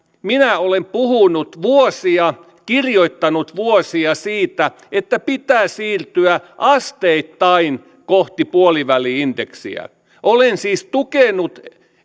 minä olen puhunut vuosia ja kirjoittanut vuosia siitä että pitää siirtyä asteittain kohti puoliväli indeksiä olen siis tukenut